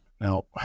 now